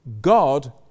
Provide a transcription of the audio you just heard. God